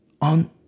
on